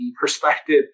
perspective